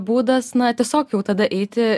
būdas na tiesiog jau tada eiti